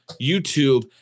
YouTube